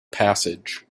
passage